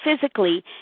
physically